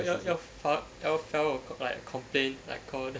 your you all fi~ you all file like a complaint like complain